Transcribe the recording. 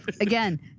again